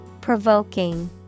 Provoking